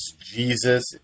Jesus